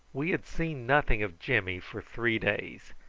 we had seen nothing of jimmy for three days,